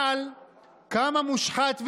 אבל קם המושחת ואומר: